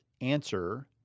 answer